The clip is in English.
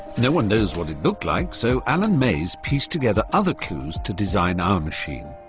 no one knows what it looked like, so alan may's pieced together other clues to design our machine.